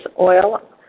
oil